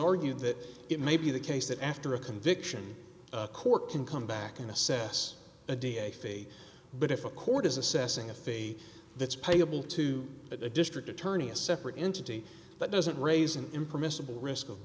argued that it may be the case that after a conviction a court can come back and assess the da face but if a court is assessing a fee that's payable to a district attorney a separate entity but doesn't raise an impermissible risk of